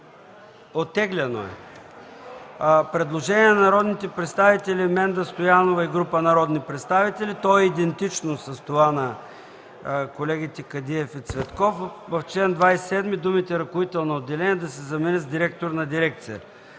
Оттеглено е. Предложение на народния представител Менда Стоянова и група народни представители. То е идентично с това на колегите Кадиев и Цветков: „В чл. 27 думите „ръководител на отделение” да се заменят с „директор на дирекция”.”